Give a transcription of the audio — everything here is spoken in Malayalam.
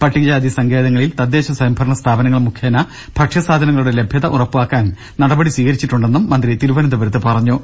പട്ടികജാതി സങ്കേതങ്ങളിൽ തദ്ദേശസ്വയംഭരണ സ്ഥാപനങ്ങൾ മുഖേന ഭക്ഷ്യസാധനങ്ങളുടെ ലഭ്യത ഉറപ്പാക്കുവാൻ നടപടി സ്വീകരിച്ചിട്ടുണ്ടെന്ന് മന്ത്രി തിരുവനന്തപുരത്ത് പറഞ്ഞു